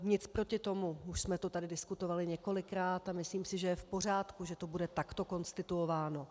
Nic proti tomu, už jsme to tady diskutovali několikrát a myslím si, že je v pořádku, že to bude takto konstituováno.